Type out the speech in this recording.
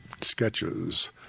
sketches